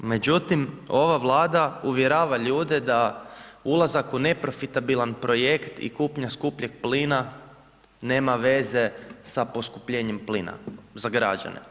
Međutim, ova Vlada uvjerava ljude da ulazak u neprofitabilan projekt i kupnja skupljeg plina nema veze sa poskupljenjem plina za građane.